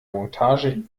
montage